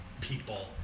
people